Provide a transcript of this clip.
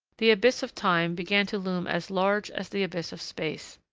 the abyss of time began to loom as large as the abyss of space.